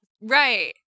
right